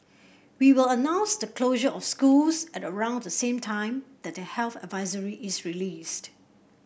we will announce the closure of schools at around the same time that the health advisory is released